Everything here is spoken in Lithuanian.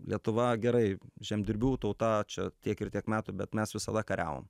lietuva gerai žemdirbių tauta čia tiek ir tiek metų bet mes visada kariavom